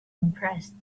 impressed